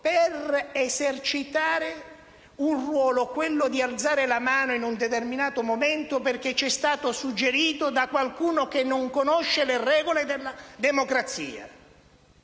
per esercitare un ruolo, quello di alzare la mano in un determinato momento perché ci è stato suggerito da qualcuno che non conosce le regole della democrazia?